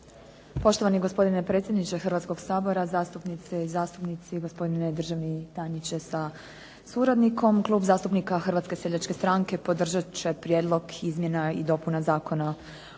Poštovani gospodine predsjedniče Hrvatskoga sabora, zastupnice i zastupnici. Gospodine državni tajniče sa suradnikom. Klub zastupnika Hrvatske seljačke stranke podržat će Prijedlog izmjena i dopuna Zakona o